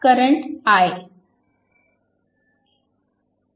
current i